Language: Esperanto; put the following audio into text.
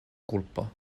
kulpo